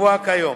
הקבועה כיום.